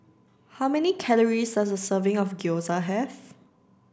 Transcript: how many calories does a serving of Gyoza have